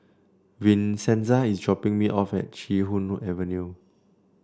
Vincenza is dropping me off at Chee Hoon Avenue